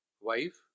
wife